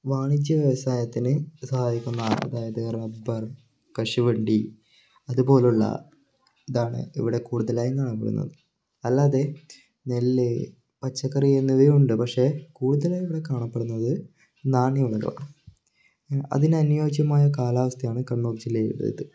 വാണിജ്യ വ്യവസായത്തിന് സഹായിക്കുന്ന അതായത് റബ്ബർ കശുവണ്ടി അതുപോലുള്ള ഇതാണ് ഇവിടെ കൂടുതലായും കാണപ്പെടുന്നത് അല്ലാതെ നെല്ല് പച്ചക്കറി എന്നിവയുണ്ട് പക്ഷേ കൂടുതലായി ഇവിടെ കാണപ്പെടുന്നത് നാണ്യവിളകളാണ് അതിനനുയോജ്യമായ കാലാവസ്ഥയാണ് കണ്ണൂർ ജില്ലയിലേത്